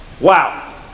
Wow